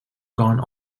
gone